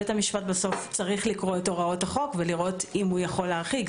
בית המשפט בסוף צריך לקרוא את הוראות החוק ולראות אם הוא יכול להרחיק.